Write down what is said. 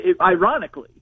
ironically